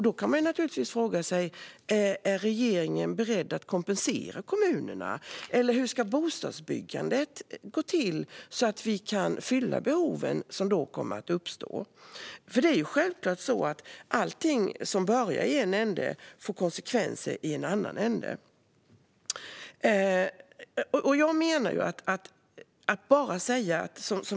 Då kan man naturligtvis fråga sig: Är regeringen beredd att kompensera kommunerna? Och hur ska bostadsbyggandet gå till så att vi kan fylla behoven som då kommer att uppstå? Det är ju självklart så att allting som börjar i en ände får konsekvenser i en annan ände.